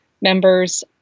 members